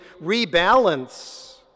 rebalance